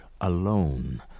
alone